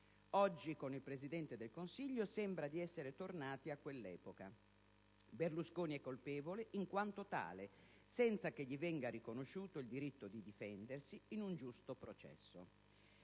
Oggi con il Presidente del Consiglio sembra di essere tornati a quell'epoca. Berlusconi è colpevole in quanto tale, senza che gli venga riconosciuto il diritto a difendersi in un giusto processo.